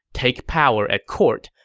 take power at court,